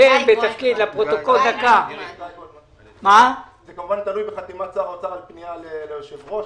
זה תלוי בחתימת שר האוצר ופנייה ליושב-ראש,